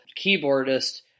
keyboardist